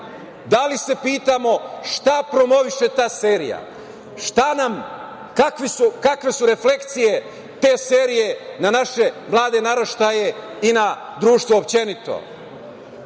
Da li se pitamo šta promoviše ta serija? Kakve su reflekcije te serije na naše mlade naraštaje i na društvo? Da li